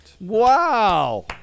Wow